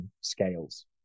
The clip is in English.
scales